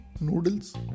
noodles